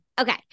Okay